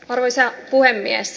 arvoisa puhemies